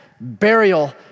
burial